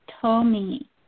Tommy